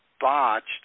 botched